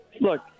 look